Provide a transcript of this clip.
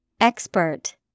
Expert